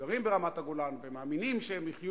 שגרים ברמת-הגולן ומאמינים שהם יחיו